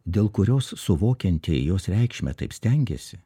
dėl kurios suvokiantie jos reikšmę taip stengiasi